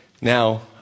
Now